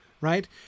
Right